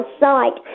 sight